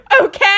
Okay